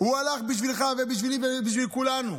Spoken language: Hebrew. הוא הלך בשבילך ובשבילי ובשביל כולנו.